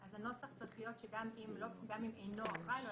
אז הנוסח צריך להיות לא גם אם אינו אחראי לו,